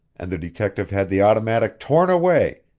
and the detective had the automatic torn away,